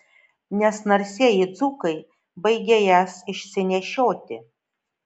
nes narsieji dzūkai baigia jas išsinešioti